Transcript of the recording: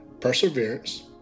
perseverance